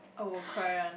I won't cry one